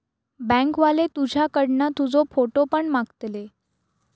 bank वाले तुझ्याकडना तुजो फोटो पण मागतले